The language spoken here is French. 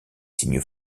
signes